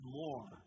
more